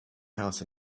house